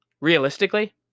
realistically